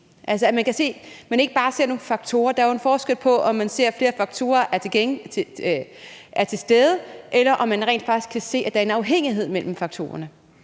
at man ikke bare ser på nogle faktorer? Der er jo en forskel på, om man ser, at flere faktorer er til stede, eller om man rent faktisk kan se, at der er en sammenhæng mellem faktorerne.